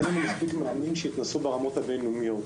אין לנו מספיק מאמנים שהתנסו ברמות הבין-לאומיות,